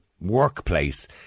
workplace